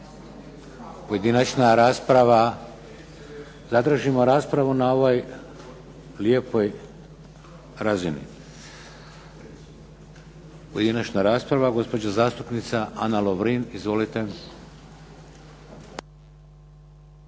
Pojedinačna rasprava. Zadržimo raspravu na ovoj lijepoj razini. Pojedinačna rasprava gospođa zastupnica Ana Lovrin. Izvolite.